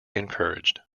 encouraged